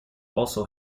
also